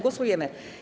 Głosujemy.